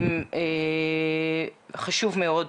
חשוב מאוד.